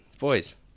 Boys